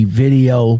video